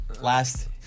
Last